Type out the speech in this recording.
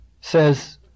says